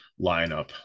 lineup